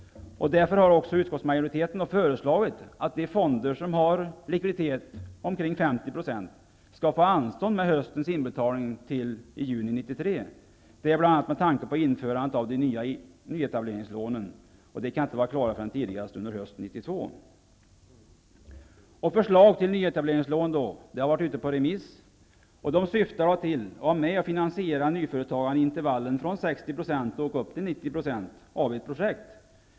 Utskottsmajoriteten har därför föreslagit att de fonder som har en likviditet på omkring 50 % skall få anstånd med höstens inbetalning till juni 1993, detta bl.a. med tanke på införandet av de nya nyetableringslånen, som inte kan vara klara förrän tidigast under hösten 1992. Förslaget till nyetableringslån har varit ute på remiss. Syftet med förslaget är att dessa nyetableringslån skall vara med och finansiera nyföretagande i intervallen från 60 % och upp till 90 % av ett projekt.